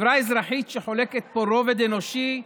חברה אזרחית שחולקת פה רובד אנושי,